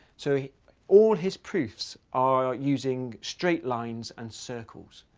so all his proofs are using straight lines and circles.